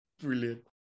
Brilliant